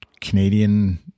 Canadian